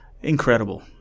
Incredible